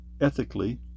Ethically